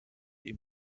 ihm